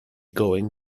going